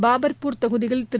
பாபர்பூர் தொகுதியில் திரு